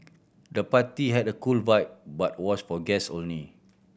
the party had a cool vibe but was for guest only